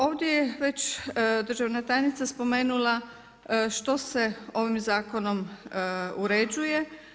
Ovdje je već državna tajnica spomenula što se ovim zakonom uređuje.